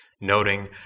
noting